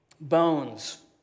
bones